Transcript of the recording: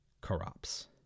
corrupts